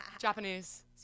Japanese